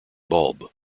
bulb